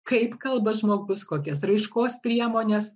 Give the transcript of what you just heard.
kaip kalba žmogus kokias raiškos priemones